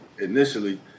initially